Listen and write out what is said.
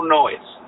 noise